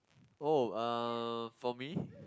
oh uh for me